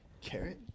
Carrot